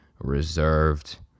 reserved